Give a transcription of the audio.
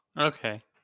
Okay